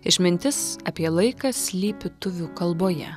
išmintis apie laiką slypi tuvių kalboje